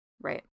Right